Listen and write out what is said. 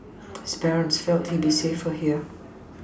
his parents felt he would be safer here